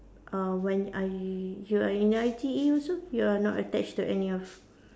uh when I you are in I_T_E also you are not attached to any of